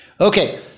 Okay